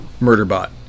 Murderbot